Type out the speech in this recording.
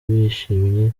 bishimye